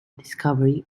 discovery